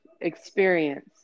experience